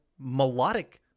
melodic